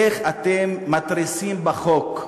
איך אתם מתריסים בחוק?